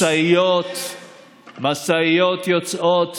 משאיות יוצאות